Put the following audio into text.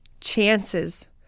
chances